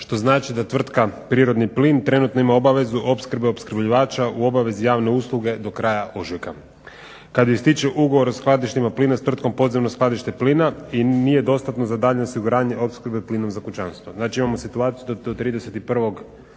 što znači da tvrtka Prirodni plin trenutno ima obavezu opskrbe opskrbljivača u obavezi javne usluge do kraja ožujka. Kad ističe ugovor o skladištima plina s tvrtkom Podzemno skladište plina i nije dostatno za daljnje osiguranje opskrbe plinom za kućanstvo. Znači imamo situaciju da do 31. ožujka